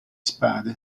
spade